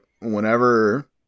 whenever